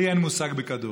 לי אין מושג בכדורגל,